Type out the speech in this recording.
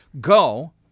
Go